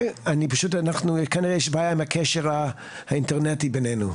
פשוט, יש בעיה עם הקשר האינטרנטי בינינו.